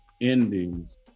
endings